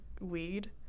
weed